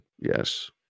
Yes